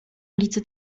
ulicy